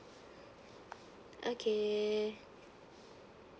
okay